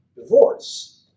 divorce